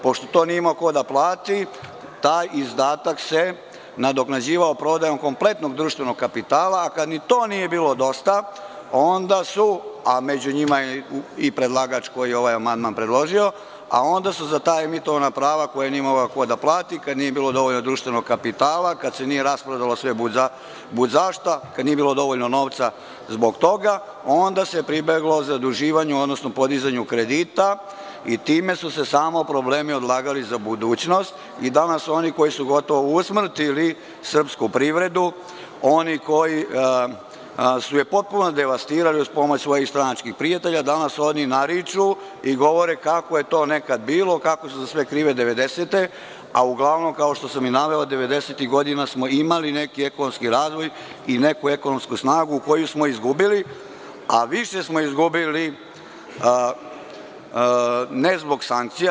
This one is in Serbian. Pošto to nije imao ko da plati, taj izdatak se nadoknađivao prodajom kompletnog društvenog kapitala, a kada ni to nije bilo dosta, onda su, a među njima je i predlagač koji je ovaj amandman predložio, za ta emitovana prava, koja nije imao ko da plati, kada nije bilo dovoljno društvenog kapitala, kada se nije rasprodalo sve bud zašta, kada nije bilo dovoljno novca zbog toga onda se pribeglo zaduživanju, odnosno podizanju kredita i time su se samo problemi odlagali za budućnost i danas oni koji su gotovo usmrtili srpsku privredu, oni koji su je potpuno devastirali uz pomoć svojih stranačkih prijatelja, danas oni nariču i govore kako je to nekada bilo, kako su za sve krive 90-te, a uglavnom, kao što sam i naveo, 90-tih godina smo imali neki ekonomski razvoj i neku ekonomsku snagu koju smo izgubili, a više smo izgubili ne zbog sankcija.